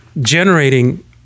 generating